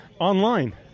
Online